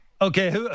Okay